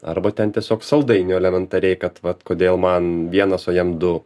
arba ten tiesiog saldainių elementariai kad vat kodėl man vienas o jam du